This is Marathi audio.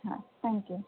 हां थँक्यू